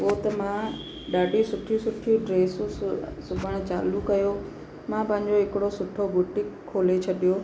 पोइ त मां ॾाढी सुठी सुठी ड्रेसियूं स सिबण चालू कयो मां पंहिंजो हिकिड़ो सुठो बुटिक खोले छॾियो